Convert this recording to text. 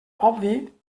obvi